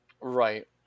Right